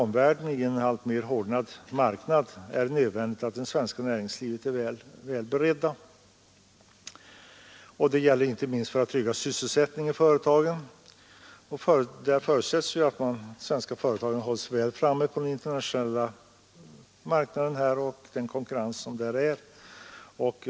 Åtgärderna enligt det förslag som nu föreligger kan inte jämställas med de speciella former av stöd som vissa andra länder ger sin industri. Östländerna, som har en annan ekonomi, kan från fall till fall ändå försätta oss i ett underläge.